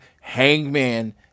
Hangman